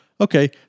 Okay